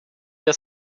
wir